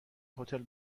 هتل